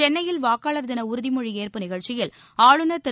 சென்னையில் வாக்காளர் தின உறுதிமொழி ஏற்பு நிகழ்ச்சியில் ஆளுநர் திரு